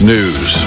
News